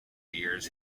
years